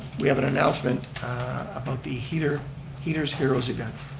we have an announcement about the heaters heaters heroes event.